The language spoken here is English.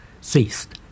ceased